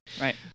right